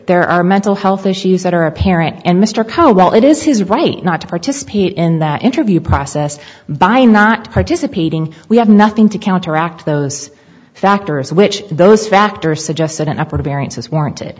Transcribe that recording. there are mental health issues that are apparent and mr carwell it is his right not to participate in that interview process by not participating we have nothing to counteract those factors which those factors suggest that an upper barents is warranted